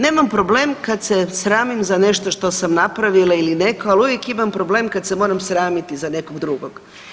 Nemam problem kad se sramim za nešto što sam napravila ili netko, ali uvijek imam problem kad se moram sramiti za nekog drugog.